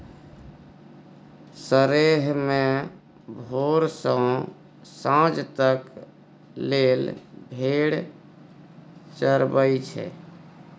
सरेह मे भोर सँ सांझ तक लेल भेड़ चरबई छै